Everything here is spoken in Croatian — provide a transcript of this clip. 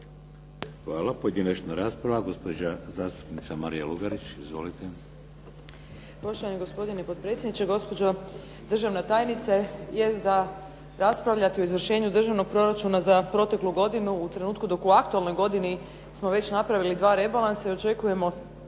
Hvala. Pojedinačna rasprava gospođa zastupnica Marija Lugarić. Izvolite. **Lugarić, Marija (SDP)** Poštovani gospodine potpredsjedniče, gospođo državna tajnice. Jest da raspravljati o izvršenju Državnog proračuna za proteklu godinu u trenutku dok u aktualnoj godini smo već napravili 2 rebalansa i očekujemo